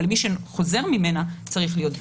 אבל מי שחוזר ממנה צריך להיות בבידוד.